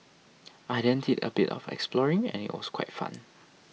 I then did a bit of exploring and it was quite fun